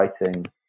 writing